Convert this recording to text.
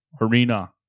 Arena